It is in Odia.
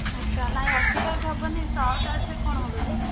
ଆଚ୍ଛା ନାଇଁ ଅଧିକ ଯଦି ହେବନି ସାତେ ଆଠରେ କ'ଣ ହେବ ଯେ